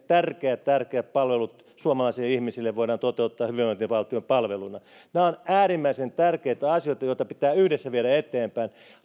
tärkeät tärkeät palvelut suomalaisille ihmisille voidaan toteuttaa hyvinvointivaltion palveluina nämä ovat äärimmäisen tärkeitä asioita joita pitää yhdessä viedä eteenpäin